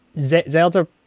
Zelda